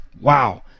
wow